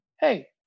hey